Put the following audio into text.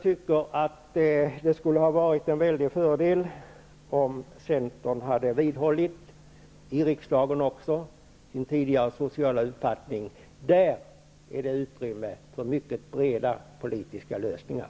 Det skulle ha varit en stor fördel om Centern också i riksdagen hade vidhållit sin tidigare sociala uppfattning. Där fanns det utrymme för mycket breda politiska lösningar.